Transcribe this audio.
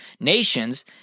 nations